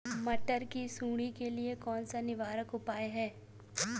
मटर की सुंडी के लिए कौन सा निवारक उपाय है?